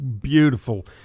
beautiful